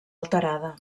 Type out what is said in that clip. alterada